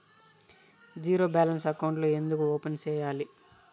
zero balance అకౌంట్లు ఎందుకు open సేయాలి